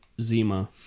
Zima